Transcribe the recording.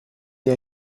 der